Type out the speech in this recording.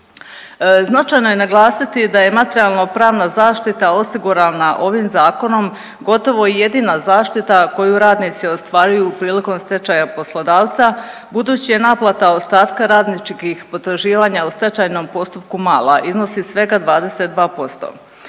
Značajno je naglasiti da je materijalno pravna zaštita osigurana ovim zakonom gotovo i jedina zaštita koju radnici ostvaruju prilikom stečaja poslodavca budući je naplata ostatka radničkih potraživanja u stečajnom postupku mala, iznosi svega 22%.